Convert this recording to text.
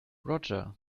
roger